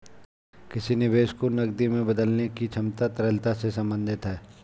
किसी निवेश को नकदी में बदलने की क्षमता तरलता से संबंधित है